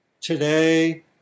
today